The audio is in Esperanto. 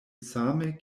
same